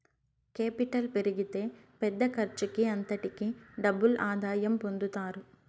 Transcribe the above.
capital పెరిగితే పెద్ద ఖర్చుకి అంతటికీ డబుల్ ఆదాయం పొందుతారు